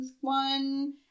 one